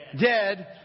Dead